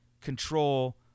control